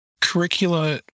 Curricula